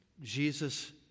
Jesus